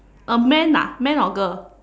a man ah man or girl